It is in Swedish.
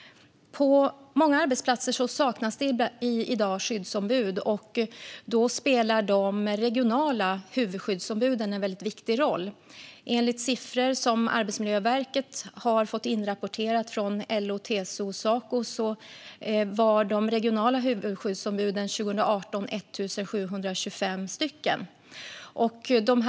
På många arbetsplatser saknas i dag skyddsombud. Då spelar de regionala huvudskyddsombuden en viktig roll. Enligt siffror som Arbetsmiljöverket har fått inrapporterade från LO, TCO och Saco var de regionala huvudskyddsombuden 1 725 stycken år 2018.